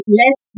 less